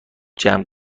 جمع